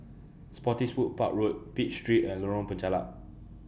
Spottiswoode Park Road Pitt Street and Lorong Penchalak